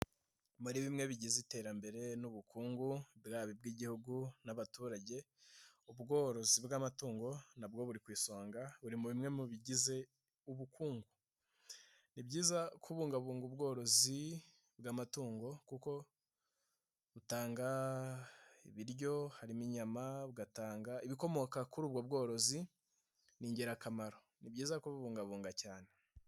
Muri bimwe bigize iterambere n'ubukungu bw'igihugu, ni abaturage, ubworozi bw'amatungo, nabwo buri ku isonga, muri bimwe mu bigize ubukungu. Ni byiza kubungabunga ubworozi bw'amatungo, kuko butanga ibiryo harimo inyama, bugatanga ibikomoka kuri ubwo bworozi ni ingirakamaro. Ni byiza kububungabunga cyane.